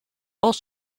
auch